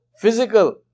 physical